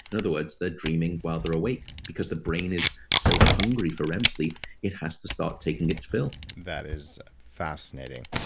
in other words, they're dreaming while they're awake because the brain is so hungry for rem sleep it has to start taking its fill that is fascinating.